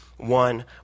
one